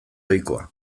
ohikoa